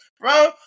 bro